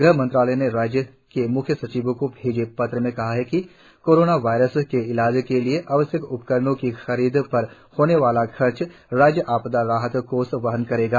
गृह मंत्रालय ने राज्य के म्ख्य सचिवों को भेजे पत्र में कहा है कि कोरोना वायरस के इलाज के लिए आवश्यक उपकरणों की खरीद पर होने वाला खर्च राज्य आपदा राहत कोष वहन करेगा